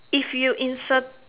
if you insert